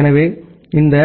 எனவே இந்த